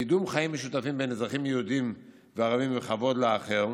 קידום חיים משותפים בין אזרחים יהודים לערבים וכבוד לאחר,